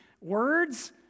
words